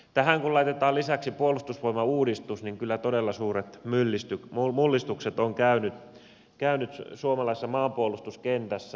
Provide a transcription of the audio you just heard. tähän kun laitetaan lisäksi puolustusvoimauudistus niin kyllä todella suuret mullistukset ovat käyneet suomalaisessa maanpuolustuskentässä